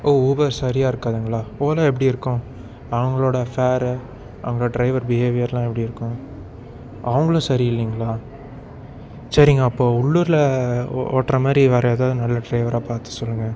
ஓ Uber சரியாக இருக்காதுங்களா ஓலா எப்படி இருக்கும் அவங்களோட ஃபேர் அவங்க ட்ரைவர் பிஹேவியர்லாம் எப்படி இருக்கும் அவங்களும் சரி இல்லைங்களா சரிங்க அப்போது உள்ளூரில் ஒட்டுற மாதிரி வேற எதாவது நல்ல டிரைவரா பார்த்து சொல்லுங்கள்